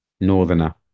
northerner